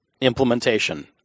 implementation